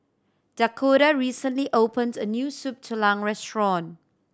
Dakoda recently opened a new Soup Tulang restaurant